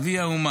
אבי האומה,